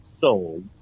sold